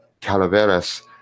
Calaveras